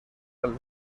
del